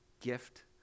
gift